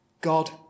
God